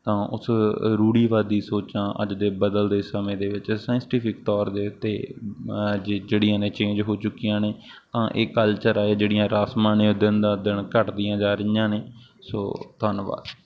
ਤਾਂ ਉਸ ਰੂੜੀਵਾਦੀ ਸੋਚਾਂ ਅੱਜ ਦੇ ਬਦਲਦੇ ਸਮੇਂ ਦੇ ਵਿੱਚ ਸਾਇੰਸਟੀਫਿਕ ਤੌਰ ਦੇ ਉੱਤੇ ਜੇ ਜਿਹੜੀਆਂ ਨੇ ਚੇਂਜ ਹੋ ਚੁੱਕੀਆਂ ਨੇ ਇਹ ਕਲਚਰ ਆ ਇਹ ਜਿਹੜੀਆਂ ਰਸਮਾਂ ਨੇ ਉਹ ਦਿਨ ਦਾ ਦਿਨ ਘੱਟਦੀਆਂ ਜਾ ਰਹੀਆਂ ਨੇ ਸੋ ਧੰਨਵਾਦ